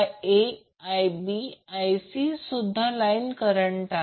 Ia Ib Ic सुद्धा line current